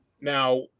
Now